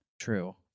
True